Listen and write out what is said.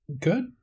good